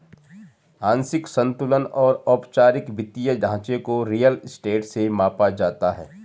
आंशिक संतुलन और औपचारिक वित्तीय ढांचे को रियल स्टेट से मापा जाता है